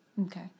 Okay